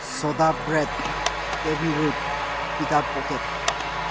ꯁꯣꯗꯥ bread ꯄꯦꯕꯤ root pita pocket